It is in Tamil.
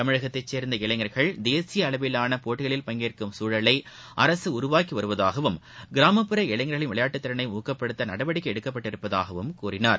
தமிழகத்தைச் சேர்ந்த இளைஞர்கள் தேசிய அளவிலான போட்டிகளில் பங்கேற்கும் குழலை அரசு உருவாக்கி வருவதாகவும் கிராமப்புற இளைஞர்களின் விளையாட்டுத் திறனை ஊக்கப்படுத்த நடவடிக்கை எடுக்கப்பட்டுள்ளதாகவும் கூறினார்